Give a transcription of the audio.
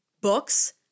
books